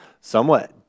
somewhat